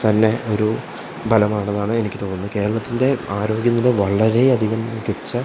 തന്നെ ഒരു ബലമാണെന്നാണ് എനിക്ക് തോന്നുന്നത് കേരളത്തിൻ്റെ ആരോഗ്യനില വളരെ അധികം മികച്ച